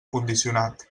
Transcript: condicionat